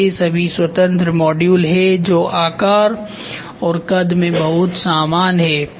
तो ये सभी स्वतंत्र मॉड्यूल हैं जो आकार और कद में बहुत समान हैं